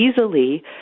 easily